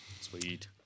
Sweet